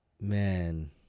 Man